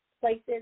places